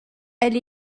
elle